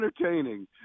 entertaining